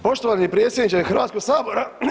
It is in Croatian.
Poštovani predsjedniče HS-a.